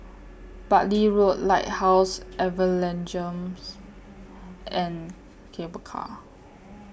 Bartley Road Lighthouse Evangelism and Cable Car